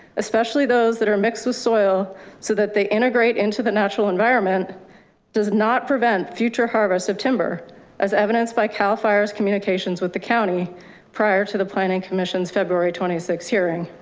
especially those that are mixed with soil so that they integrate into the natural environment does not prevent future harvest of timber as evidenced by cal fire's communications with the county prior to the planning, commission's february twenty six hearing,